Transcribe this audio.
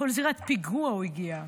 לכל זירת פיגוע הוא הגיע.